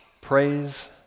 Praise